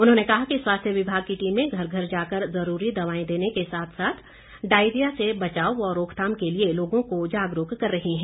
उन्होंने कहा कि स्वास्थ्य विभाग की टीमें घर घर जाकर जरूरी दवाएं देने के साथ साथ डायरिया से बचाव व रोकथाम के लिए लोगों को जागरूक कर रही है